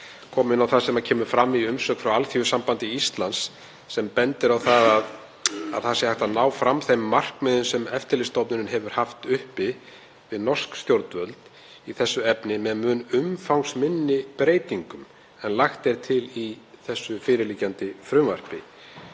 koma inn á það sem kemur fram í umsögn frá Alþýðusambandi Íslands, sem bendir á að hægt sé að ná fram þeim markmiðum sem Eftirlitsstofnunin hefur haft uppi við norsk stjórnvöld í þessu efni með mun umfangsminni breytingum en lagt er til í þessu fyrirliggjandi frumvarpi.